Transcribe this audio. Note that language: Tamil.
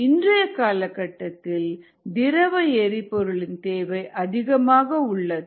இன்றைய காலகட்டத்தில் திரவ எரிபொருளின் தேவை அதிகமாக உள்ளது